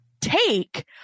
Take